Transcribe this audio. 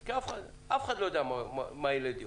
כי אף אחד לא יודע מה ילד יום.